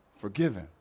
forgiven